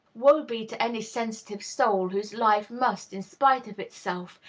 woe be to any sensitive soul whose life must, in spite of itself,